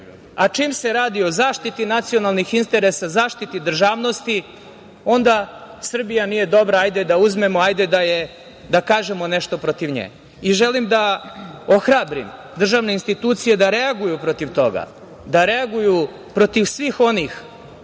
a čim se radi o zaštiti nacionalnih interesa, zaštiti državnosti onda Srbija nije dobra, hajde da uzmemo, hajde da kažem nešto protiv nje. Želim da ohrabrim državne institucije da reaguju protiv toga, da reaguju protiv svih onih